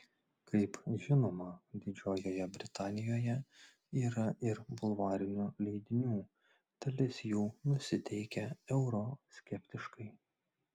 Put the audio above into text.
kaip žinoma didžiojoje britanijoje yra ir bulvarinių leidinių dalis jų nusiteikę euroskeptiškai